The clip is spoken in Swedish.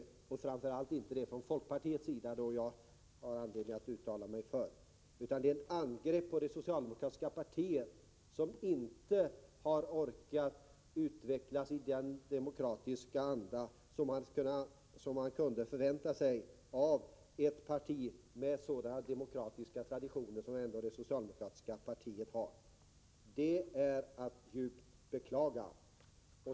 Framför allt är det inte fråga om något sådant från folkpartistisk sida, som jag har anledning att uttala mig för. Det handlar i stället om ett angrepp på det socialdemokratiska partiet, som inte har orkat utvecklas i den demokratiska anda som man kunde förvänta sig av ett parti med sådana demokratiska traditioner som det socialdemokratiska partiet ändå har. Det är att djupt beklaga.